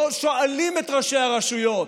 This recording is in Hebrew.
לא שואלים את ראשי הרשויות.